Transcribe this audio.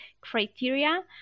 criteria